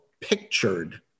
pictured